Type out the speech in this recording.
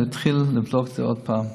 להתחיל לבדוק את זה עוד פעם,